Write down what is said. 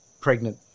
pregnant